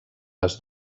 les